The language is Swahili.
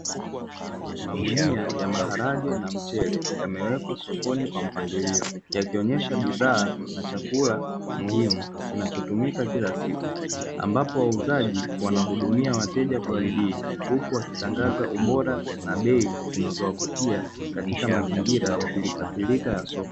Magunia ya maharage na mchele yamewekwa sokoni kwa mpangilio. Yakionesha bidhaa na chakula muhimu kinachotumika kila siku, ambapo wauzaji wanahudumia wateja kwa bidii huku wakitangaza ubora na bei zinazowavutia katika mazingira ya pilika pilika ya soko.